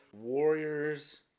warriors